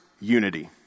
unity